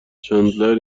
چندلر